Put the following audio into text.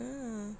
ah